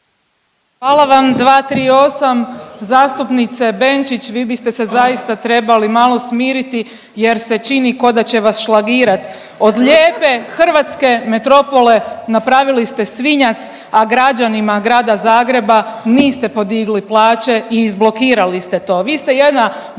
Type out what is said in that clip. Hvala vam, 238.. Zastupnice Benčić, vi biste se zaista trebali malo smiriti jer se čini koda će vas šlagirat, od lijepe hrvatske metropole napravili ste svinjac, a građanima Grada Zagreba niste podigli plaće i izblokirali ste to.